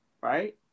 right